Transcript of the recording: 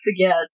forget